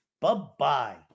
Bye-bye